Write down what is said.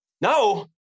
No